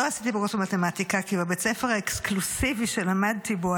לא עשיתי בגרות במתמטיקה כי בבית הספר האקסקלוסיבי שלמדתי בו,